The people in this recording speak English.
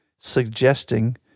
suggesting